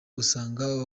usanga